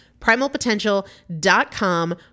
Primalpotential.com